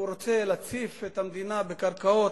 שהוא רוצה להציף את המדינה בקרקעות,